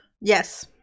yes